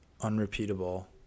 unrepeatable